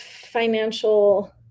financial